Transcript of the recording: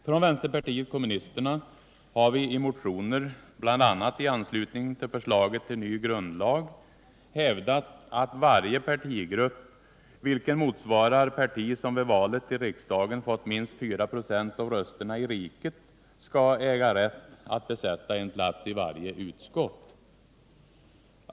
Från vänsterpartiet kommunisterna har vi i motioner, bl.a. i anslutning till förslaget till ny grundlag, hävdat att varje partigrupp vilken motsvarar parti som vid valet till riksdagen fått minst 4 96 av rösterna i riket skall äga rätt att besätta en plats i varje utskott.